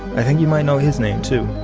i think you might know his name too